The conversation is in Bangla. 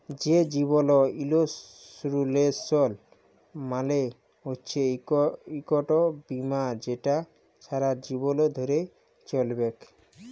যে জীবল ইলসুরেলস মালে হচ্যে ইকট বিমা যেট ছারা জীবল ধ্যরে চ্যলবেক